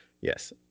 Yes